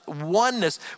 oneness